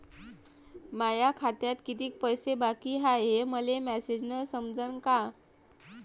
माया खात्यात कितीक पैसे बाकी हाय हे मले मॅसेजन समजनं का?